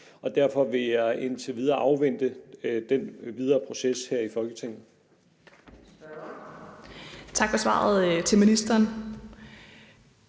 Derfor vil jeg indtil videre afvente den videre proces her i Folketinget.